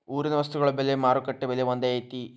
ಊರಿನ ವಸ್ತುಗಳ ಬೆಲೆ ಮಾರುಕಟ್ಟೆ ಬೆಲೆ ಒಂದ್ ಐತಿ?